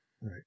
Right